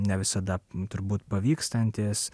ne visada turbūt pavykstantis